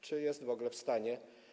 Czy jest w ogóle w stanie?